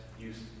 use